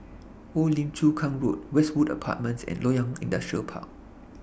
Old Lim Chu Kang Road Westwood Apartments and Loyang Industrial Park